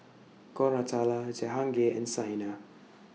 Koratala Jehangirr and Saina